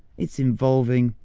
it's involving,